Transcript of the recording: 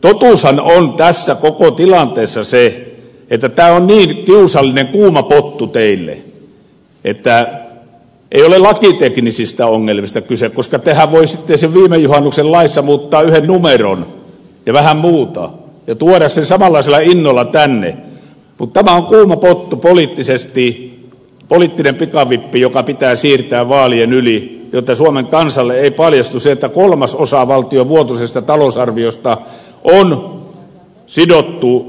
totuushan on tässä koko tilanteessa se että tämä on niin kiusallinen kuuma pottu teille että ei ole lakiteknisistä ongelmista kyse koska tehän voisitte siinä viime juhannuksen laissa muuttaa yhden numeron ja vähän muuta ja tuoda sen samanlaisella innolla tänne mutta tämä on kuuma pottu poliittisesti poliittinen pikavippi joka pitää siirtää vaalien yli jotta suomen kansalle ei paljastu se että kolmasosa valtion vuotuisesta talousarviosta on sidottu